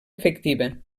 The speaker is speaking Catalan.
afectiva